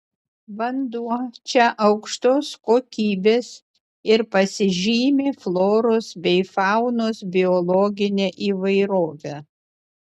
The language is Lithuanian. vanduo čia aukštos kokybės ir pasižymi floros bei faunos biologine įvairove